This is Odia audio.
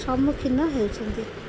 ସମ୍ମୁଖୀନ ହେଉଛନ୍ତି